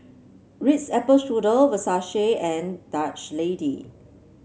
Ritz Apple Strudel Versace and Dutch Lady